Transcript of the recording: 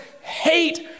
hate